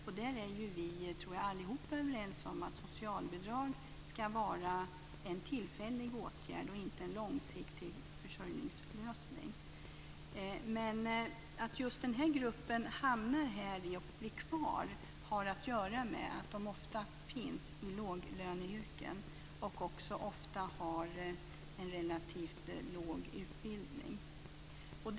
Jag tror att vi allihop är överens om att socialbidrag ska vara en tillfällig åtgärd och inte en långsiktig försörjningslösning. Att just den här gruppen är utsatt har att göra med att dessa kvinnor ofta återfinns i låglöneyrken. De har också ofta en relativt låg utbildning.